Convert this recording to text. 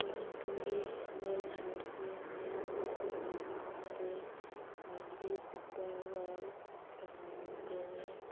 ꯃꯅꯤꯄꯨꯔꯒꯤ ꯂꯣꯟ ꯍꯥꯏꯕꯁꯤ ꯃꯤꯌꯥꯝꯅ ꯈꯪꯅꯗꯦ ꯈ꯭ꯋꯥꯏꯗꯒꯤ ꯄꯤꯛꯄ ꯀꯩꯅꯣ ꯃꯅꯤꯄꯨꯔꯅꯤ